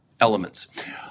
elements